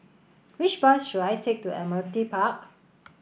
which bus should I take to Admiralty Park